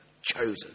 chosen